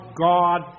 God